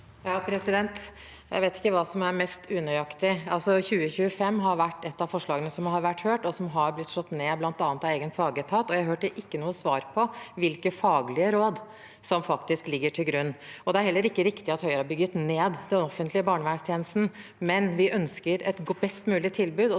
(H) Jeg vet ikke hva som er mest unøyaktig. 2025 har vært et av forslagene som har vært hørt, og som har blitt slått ned, bl.a. av egen fagetat, og jeg hørte ikke noe svar på hvilke faglige råd som faktisk ligger til grunn. Det er heller ikke riktig at Høyre har bygget ned den offentlige barnevernstjenesten, men vi ønsker et best mulig tilbud,